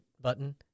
button